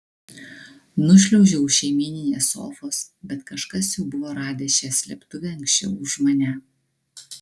nušliaužiau už šeimyninės sofos bet kažkas jau buvo radęs šią slėptuvę anksčiau už mane